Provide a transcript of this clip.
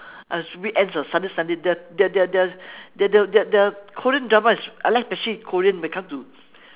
as weekends or saturday sunday their their their their their their their korean drama is I like especially korean when it come to